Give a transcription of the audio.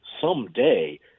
someday